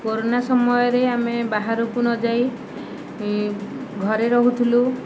corona ସମୟରେ ଆମେ ବାହାରକୁ ନ ଯାଇ ଘରେ ରହୁଥିଲୁ